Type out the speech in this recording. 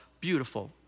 beautiful